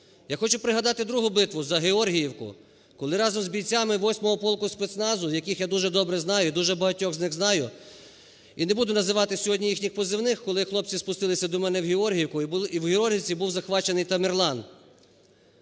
Я хочу пригадати другу битву, за Георгіївку, коли разом з бійцями 8-го полку спецназу, яких я дуже добре знаю, і дуже багатьох з них знаю і не буду називати сьогодні їхніх позивних, коли хлопці спустилися до мене в Георгіївку і в Георгіївці був захоплений "Тамерлан".